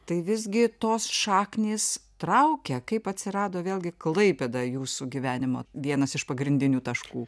tai visgi tos šaknys traukia kaip atsirado vėlgi klaipėda jūsų gyvenimo vienas iš pagrindinių taškų